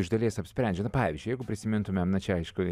iš dalies apsprendžia na pavyzdžiui jeigu prisimintumėm na čia aišku